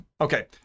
Okay